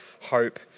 hope